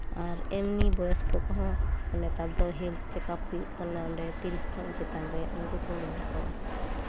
ᱟᱨ ᱮᱢᱱᱤ ᱵᱚᱭᱚᱥᱠᱚ ᱠᱚᱦᱚᱸ ᱱᱮᱛᱟᱨ ᱫᱚ ᱦᱮᱞᱛᱷ ᱪᱮᱠᱟᱯ ᱦᱩᱭᱩᱜ ᱠᱟᱱᱟ ᱚᱸᱰᱮ ᱛᱤᱨᱤᱥ ᱠᱷᱚᱱ ᱪᱮᱛᱟᱱ ᱨᱮ ᱩᱱᱠᱩ ᱠᱚ ᱧᱮᱞ ᱠᱚᱣᱟ